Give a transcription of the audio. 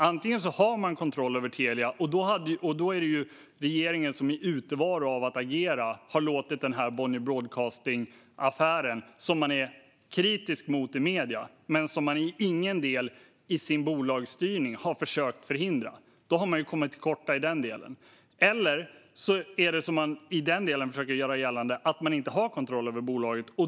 Antingen har man kontroll över Telia, och då är det regeringen som i utevaro av agerande har låtit den här Bonnier Broadcasting-affären ske. Man är kritisk mot den i medierna, men man har i ingen del försökt förhindra den i sin bolagsstyrning. Då har man kommit till korta i den delen. Eller så har man inte kontroll över bolaget, som man försöker göra gällande.